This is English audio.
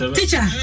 Teacher